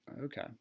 Okay